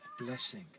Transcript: blessing